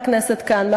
צריכה לענות עליהן.